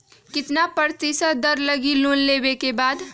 कितना प्रतिशत दर लगी लोन लेबे के बाद?